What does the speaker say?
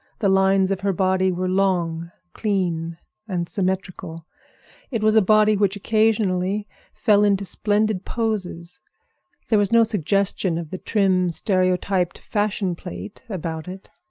the lines of her body were long, clean and symmetrical it was a body which occasionally fell into splendid poses there was no suggestion of the trim, stereotyped fashion-plate about it.